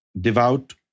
devout